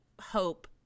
Hope